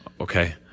Okay